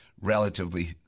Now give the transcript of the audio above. relatively